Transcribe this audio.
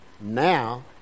Now